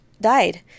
died